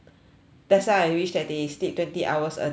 that's why I wish that they sleep twenty hours a day now